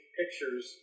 pictures